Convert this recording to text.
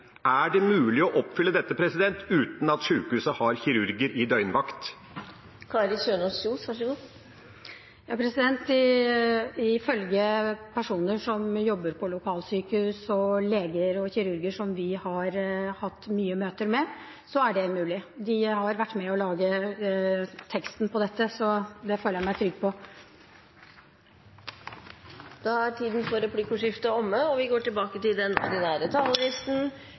Er det mulig å oppfylle dette uten at sykehuset har kirurger i døgnvakt? Ifølge personer som jobber på lokalsykehus, og leger og kirurger som vi har hatt mange møter med, er det mulig. De har vært med og laget teksten i dette, så det føler jeg meg trygg på. Replikkordskiftet er omme. Denne debatten skal egentlig handle om fire saker, og vi snakker forholdsvis mye om den